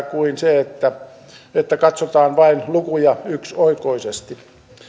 kuin se että että katsotaan vain lukuja yksioikoisesti